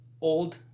old